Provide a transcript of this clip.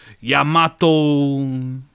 Yamato